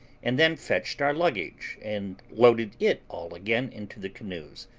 and then fetched our luggage and loaded it all again into the canoes,